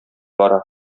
бара